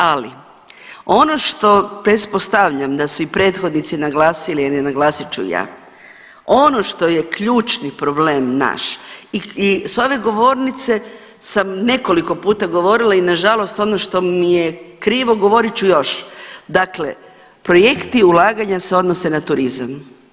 Ali, ono što pretpostavljam da su i prethodnici naglasili, ali naglasit ću i ja, ono što je ključni problem naš i s ove govornice sam nekoliko puta govorila i nažalost ono što mi je krivo govorit ću još, dakle projekti ulaganja se odnose na turizam.